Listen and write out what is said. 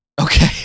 Okay